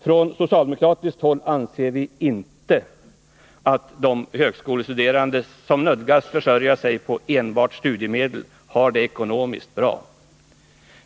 Från socialdemokratiskt håll anser vi inte att de högskolestuderande som nödgas försörja sig på enbart studiemedel har det ekonomiskt bra.